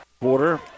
quarter